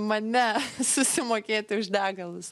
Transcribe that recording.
mane susimokėti už degalus